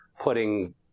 putting